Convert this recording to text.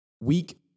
Weak